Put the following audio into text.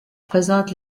présente